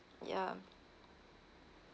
ya